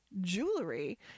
jewelry